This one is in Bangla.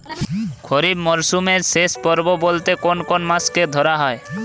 খরিপ মরসুমের শেষ পর্ব বলতে কোন কোন মাস কে ধরা হয়?